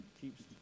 keeps